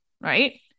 right